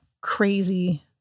crazy